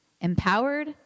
empowered